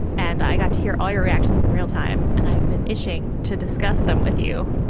and i got to hear all your reactions in real time. and i have been itching to discuss them with you.